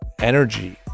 energy